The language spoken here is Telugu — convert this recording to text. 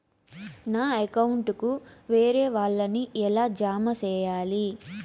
నా అకౌంట్ కు వేరే వాళ్ళ ని ఎలా జామ సేయాలి?